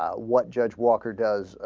ah what judge walker does ah.